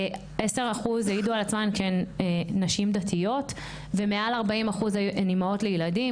10% העידו על עצמן שהן נשים דתיות ומעל 40% הן אימהות לילדים,